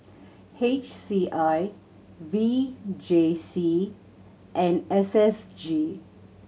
H C I V J C and S S G